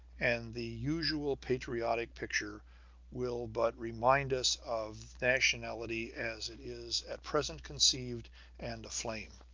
and the usual patriotic picture will but remind us of nationality as it is at present conceived and aflame,